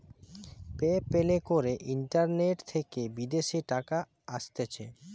pay প্যালে করে internet থেকে বিদেশের টাকা আসতিছে